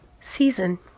season